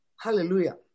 Hallelujah